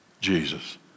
Jesus